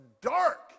dark